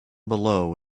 below